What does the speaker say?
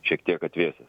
šiek tiek atvėsęs